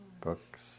books